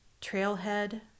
trailhead